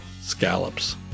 scallops